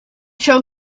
show